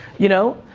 you know,